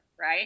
right